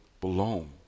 belong